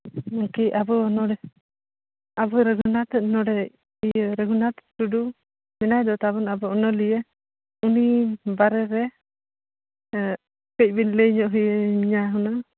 ᱱᱚᱣᱟ ᱠᱤ ᱟᱵᱚ ᱱᱚᱸᱰᱮ ᱟᱵᱚ ᱨᱩᱜᱷᱩᱱᱟᱛᱷ ᱱᱚᱸᱰᱮ ᱤᱭᱟᱹ ᱨᱩᱜᱷᱩᱱᱟᱛᱷ ᱴᱩᱰᱩ ᱢᱮᱱᱟᱭ ᱫᱚ ᱛᱟᱵᱚᱱ ᱟᱵᱚ ᱚᱱᱞᱤᱭᱟᱹ ᱩᱱᱤ ᱵᱟᱨᱮ ᱨᱮ ᱠᱟᱹᱴᱤᱡ ᱵᱮᱱ ᱞᱟᱹᱭᱧᱚᱜ ᱟᱹᱧᱟᱹ ᱦᱩᱱᱟᱹᱝ